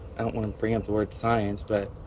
i don't want to bring up the word science, but.